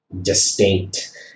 distinct